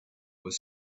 was